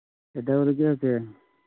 ꯀꯩꯗꯧꯔꯤꯒꯦ ꯍꯧꯖꯤꯛ